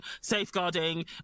safeguarding